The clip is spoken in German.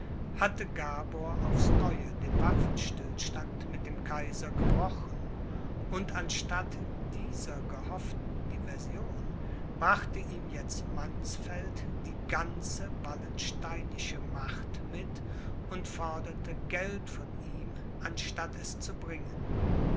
hatte gabor aufs neue den waffenstillstand mit dem kaiser gebrochen und anstatt dieser gehofften diversion brachte ihm jetzt mannsfeld die ganze wallensteinische macht mit und forderte geld von ihm anstatt es zu bringen